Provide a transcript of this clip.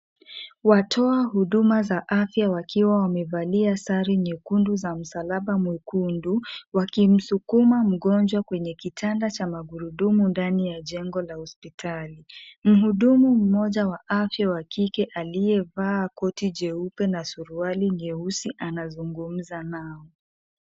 Watoa huduma za afya wakiwa wamevalia sare nyekundu za msalaba mwekundu, wakimsukuma mgonjwa kwenye kitanda cha magurudumu ndani ya jengo la hospitali. Muhudumu mmoja wa afya wa kike aliyevaa koti jeupe na suruali nyeusi, anazungumza nao.